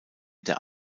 der